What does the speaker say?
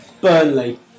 Burnley